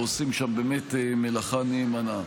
ועושים שם באמת מלאכה נאמנה.